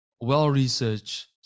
well-researched